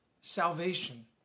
salvation